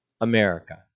America